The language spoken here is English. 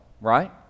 right